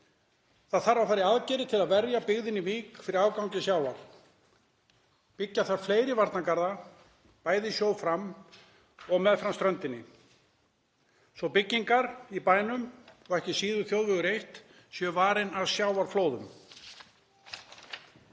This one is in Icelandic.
Það þarf að fara í aðgerðir til að verja byggðina í Vík fyrir ágangi sjávar. Byggja þarf fleiri varnargarða, bæði í sjó fram og meðfram ströndinni svo byggingar í bænum og ekki síður þjóðvegur 1 séu varin af sjávarflóðum.